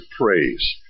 praise